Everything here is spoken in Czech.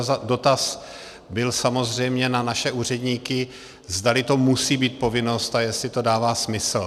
Můj dotaz byl samozřejmě na naše úředníky, zdali to musí být povinnost a jestli to dává smysl.